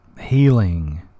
healing